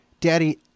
daddy